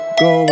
go